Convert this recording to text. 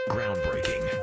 Groundbreaking